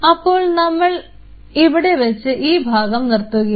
അപ്പോൾ നമ്മൾ ഇവിടെ വച്ച് ഈ ഭാഗം നിർത്തുകയാണ്